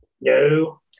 No